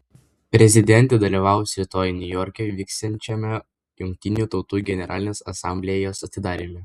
prezidentė dalyvaus rytoj niujorke vyksiančiame jungtinių tautų generalinės asamblėjos atidaryme